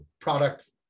product